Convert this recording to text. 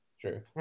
True